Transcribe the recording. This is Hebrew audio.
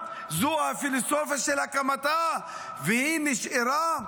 זו הפילוסופיה של הקמתה והיא נשארה,